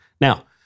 Now